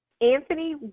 Anthony